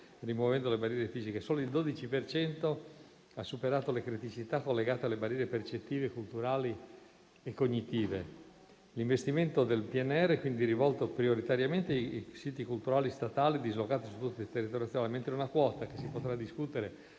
rimuovendo le barriere fisiche; solo il 12 per cento ha superato le criticità collegate alle barriere percettive, culturali e cognitive. L'investimento del PNRR è quindi rivolto prioritariamente ai siti culturali statali dislocati su tutto il territorio nazionale, mentre una quota, che si potrà discutere